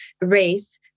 race